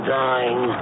dying